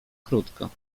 krótko